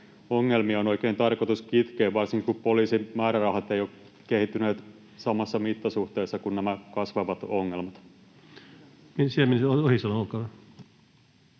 ongelmia on oikein tarkoitus kitkeä, varsinkin kun poliisin määrärahat eivät ole kehittyneet samassa mittasuhteessa kuin nämä kasvavat ongelmat.